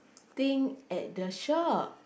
thing at the shop